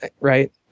right